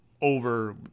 over